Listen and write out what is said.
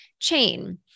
chain